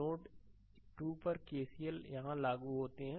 node 2 पर KCL यहां लागू होते हैं